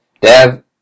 Dev